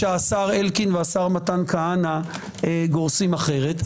מה לעשות שהשר אלקין והשר מתן כהנא גורסים אחרת.